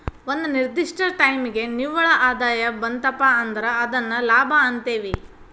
ಒಂದ ನಿರ್ದಿಷ್ಟ ಟೈಮಿಗಿ ನಿವ್ವಳ ಆದಾಯ ಬಂತಪಾ ಅಂದ್ರ ಅದನ್ನ ಲಾಭ ಅಂತೇವಿ